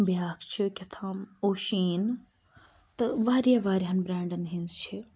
بیٛاکھ چھِ کیٚتھام اوشین تہٕ واریاہ واریاہَن برینٛڈَن ہِنٛز چھِ